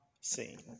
seen